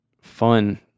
fun